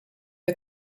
the